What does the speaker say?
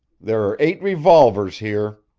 there are eight revolvers here.